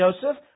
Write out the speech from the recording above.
Joseph